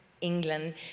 England